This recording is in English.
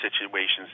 situations